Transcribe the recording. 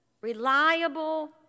reliable